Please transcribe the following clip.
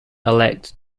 elect